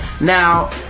Now